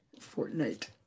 Fortnite